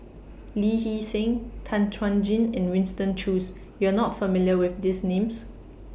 Lee Hee Seng Tan Chuan Jin and Winston Choos YOU Are not familiar with These Names